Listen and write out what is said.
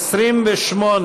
ההסתייגות?